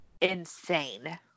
insane